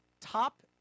top